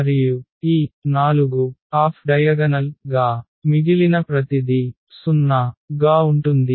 మరియు ఈ 4 ఆఫ్ వికర్ణ గా మిగిలిన ప్రతిదీ 0 గా ఉంటుంది